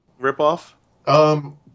ripoff